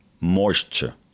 moisture